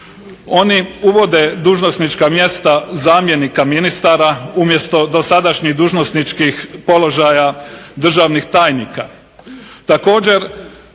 Oni uvode dužnosnička mjesta zamjenika ministara umjesto dosadašnjih dužnosničkih položaja državnih tajnika, također